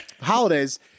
holidays